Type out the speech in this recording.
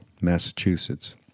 Massachusetts